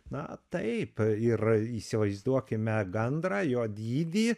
na taip yra įsivaizduokime gandrą jo dydį